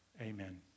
Amen